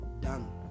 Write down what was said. done